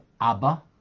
Abba